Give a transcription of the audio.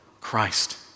Christ